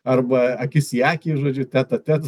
arba akis į akį žodžiu tet a tet